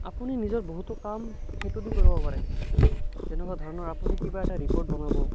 আপুনি নিজৰ বহুতো কাম সেইটো দি কৰিব পাৰে যেনেকুৱা ধৰণৰ আপুনি কিবা এটা ৰিপৰ্ট বনাব